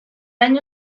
año